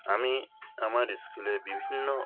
আমি আমার স্কুলে বিভিন্ন